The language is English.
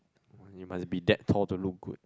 you must be that tall to look good